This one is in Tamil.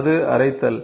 அது அரைத்தல்